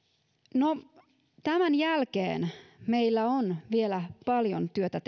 no tämän jälkeen meillä on vielä paljon työtä